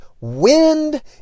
wind